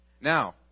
Now